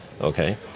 Okay